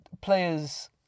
players